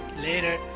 later